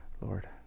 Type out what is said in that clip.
Lord